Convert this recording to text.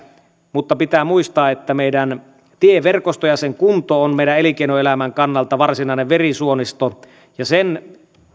mutta pitää muistaa että meidän tieverkosto ja sen kunto on meidän elinkeinoelämän kannalta varsinainen verisuonisto ja sen